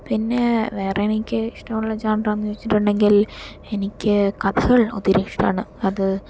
പിന്നെ വേറെ എനിക് ഇഷ്ടമുള്ള ജോൻറെ എന്നുവച്ചിട്ടുണ്ടെങ്കിൽ എനിക്ക് കഥകൾ ഒത്തിരി ഇഷ്ടാണ്